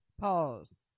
Pause